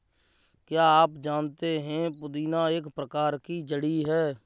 क्या आप जानते है पुदीना एक प्रकार की जड़ी है